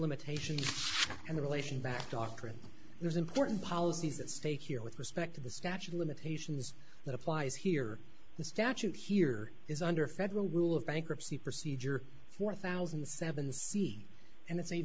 limitation and the relation back doctrine there's important policies at stake here with respect to the statute of limitations that applies here the statute here is under federal rule of bankruptcy procedure four thousand seven c and it's a